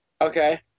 okay